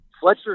Fletcher